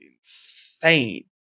insane